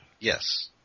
Yes